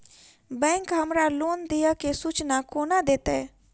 Bank हमरा loan देय केँ सूचना कोना देतय?